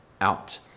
out